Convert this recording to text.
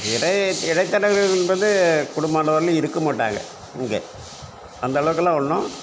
இடை இடைத்தரகர்கள் என்றது கூடுமான அளவில் இருக்க மாட்டாங்கள் இங்கே அந்த அளவுக்குலாம் ஒன்றும்